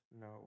No